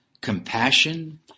compassion